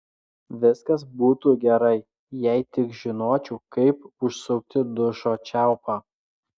viskas būtų gerai jei tik žinočiau kaip užsukti dušo čiaupą